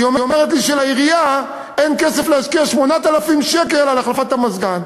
והיא אומרת לי שלעירייה אין כסף להשקיע 8,000 שקל בהחלפת המזגן.